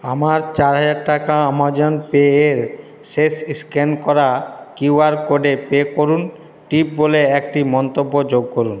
আমার চার হাজার টাকা আমাজন পেএ শেষ স্ক্যান করা কিউ আর কোডে পে করুন টিপ বলে একটি মন্তব্য যোগ করুন